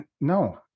no